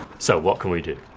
so what can we do?